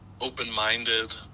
open-minded